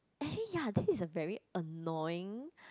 actually ya this is a very annoying